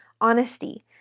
honesty